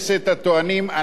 אנחנו חרדים,